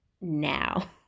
now